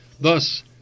Thus